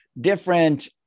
different